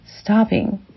Stopping